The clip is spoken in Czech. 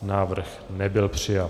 Návrh nebyl přijat.